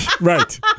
Right